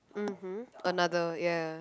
mmhmm another ya